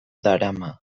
darama